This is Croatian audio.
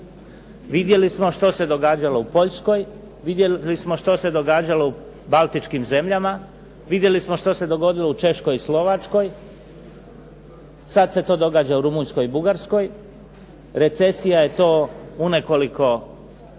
Vidjeli smo što se događalo u Poljskoj, vidjeli smo što se događalo u Baltičkim zemljama, vidjeli što se dogodilo u Češkoj i Slovačkoj, sad se to događa u Rumunjskoj i Bugarskoj. Recesija je to u nekoliko